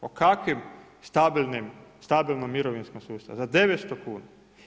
O kakvim stabilnom mirovinskom sustavu za 900 kuna?